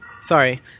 Sorry